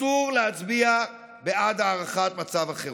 אסור להצביע בעד הארכת מצב החירום.